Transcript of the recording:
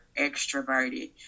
extroverted